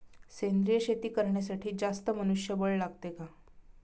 सेंद्रिय शेती करण्यासाठी जास्त मनुष्यबळ लागते का?